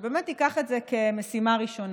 שבאמת תיקח את זה כמשימה הראשונה.